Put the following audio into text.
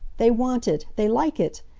they want it! they like it!